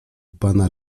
pana